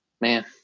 man